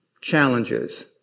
challenges